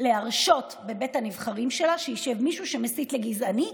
להרשות בבית הנבחרים שלה שישב מישהו שמסית לגזענות.